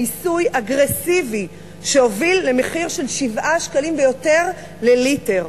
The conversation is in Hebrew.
מיסוי אגרסיבי שהוביל למחיר של 7 שקלים ויותר לליטר,